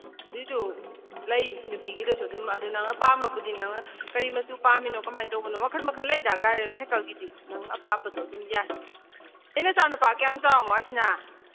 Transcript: ꯑꯗꯨꯏꯗꯨ ꯂꯩ ꯅꯨꯄꯤꯒꯤꯗꯁꯨ ꯑꯗꯨꯝ ꯑꯗꯨ ꯅꯪꯅ ꯄꯥꯝꯃꯕꯗꯤ ꯅꯪꯅ ꯀꯔꯤ ꯃꯆꯨ ꯄꯥꯝꯃꯤꯅꯣ ꯀꯃꯥꯏ ꯇꯧꯕꯅꯣ ꯃꯈꯜ ꯃꯈꯜ ꯂꯩꯗ ꯀꯥꯏ ꯁꯥꯏꯀꯜꯒꯤꯗꯤ ꯅꯪꯅ ꯄꯥꯝꯕꯗꯨ ꯑꯗꯨꯝ ꯌꯥꯏ ꯅꯣꯏ ꯅꯆꯥꯅꯨꯄꯥ ꯀ꯭ꯌꯥꯝ ꯆꯥꯎꯔꯅꯣ ꯑꯁꯤꯅꯥ